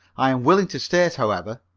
i am willing to state, however,